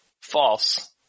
False